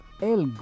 El